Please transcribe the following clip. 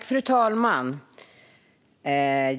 Fru talman!